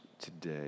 today